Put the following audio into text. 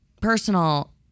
personal